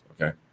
Okay